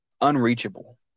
unreachable